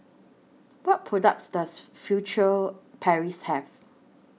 What products Does Furtere Paris Have